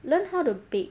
learn how to bake